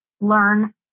learn